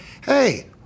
hey